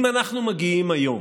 אם אנחנו מגיעים היום,